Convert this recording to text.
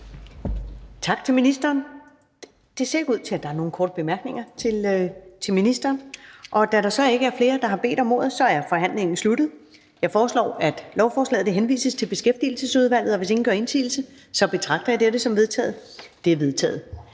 Tak til ministeren. Det ser ikke ud til, at der er nogen korte bemærkninger til ministeren. Da der så ikke er flere, der har bedt om ordet, er forhandlingen sluttet. Jeg foreslår, at lovforslaget henvises til Beskæftigelsesudvalget. Hvis ingen gør indsigelse, betragter jeg dette som vedtaget. Det er vedtaget.